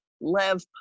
Lev